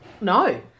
No